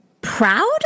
proud